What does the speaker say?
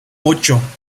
ocho